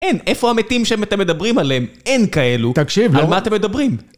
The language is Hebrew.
אין! איפה המתים שאתם מדברים עליהם? אין כאלו! תקשיב, לא? על מה אתם מדברים?